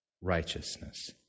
righteousness